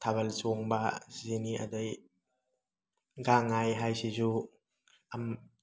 ꯊꯥꯕꯜ ꯆꯣꯡꯕ ꯁꯤꯅꯤ ꯑꯗꯩ ꯒꯥꯡꯉꯥꯏ ꯍꯥꯏꯁꯤꯁꯨ ꯑꯝ